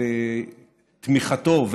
והם מתחילים לתקן אותו.